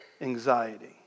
anxiety